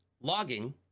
logging